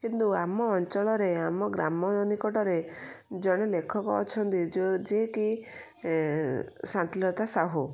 କିନ୍ତୁ ଆମ ଅଞ୍ଚଳରେ ଆମ ଗ୍ରାମ ନିକଟରେ ଜଣେ ଲେଖକ ଅଛନ୍ତି ଯେକି ଶାନ୍ତିଲତା ସାହୁ